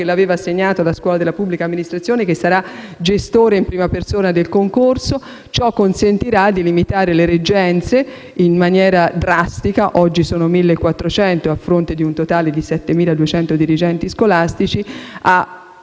la gestione alla Scuola della pubblica amministrazione, che sarà gestore in prima persona del concorso: ciò consentirà di limitare le reggenze in maniera drastica (oggi sono 1.400 a fronte di un totale di 7.200 dirigenti scolastici),